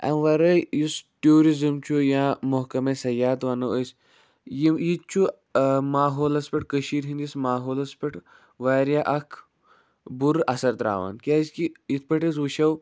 اَمہِ ورٲے یُس ٹوٗزِزٔم چھُ یا مَحکَمَے صیاحت وَنو أسۍ یِم یہِ تہِ چھُ ماحولَس پٮ۪ٹھ کٔشیٖر ہِندِس ماحولَس پٮ۪ٹھ واریاہ اکھ بُرٕ اَثر تراوان کیازِ کہِ یِتھۍ پٲٹھۍ أسۍ وُچھو